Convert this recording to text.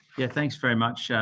yeah thanks very much,